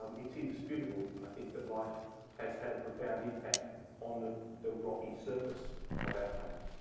it's indisputable, i think, that life has had a profound impact on the the rocky surface of our planet.